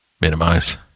Minimize